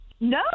No